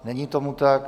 Není tomu tak.